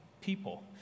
people